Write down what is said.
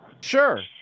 Sure